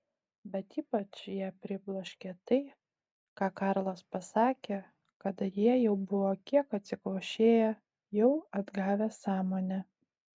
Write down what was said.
bet ypač ją pribloškė tai ką karlas pasakė kada jie jau buvo kiek atsikvošėję jau atgavę sąmonę